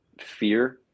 fear